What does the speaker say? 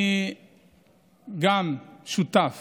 אני גם שותף